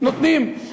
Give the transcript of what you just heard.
נותנים,